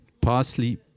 Parsley